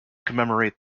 commemorate